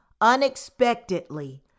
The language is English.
Unexpectedly